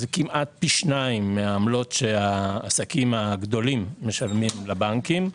זה כמעט פי 2 מהעמלות שהעסקים הגדולים משלמים לבנקים.